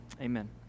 Amen